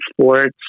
sports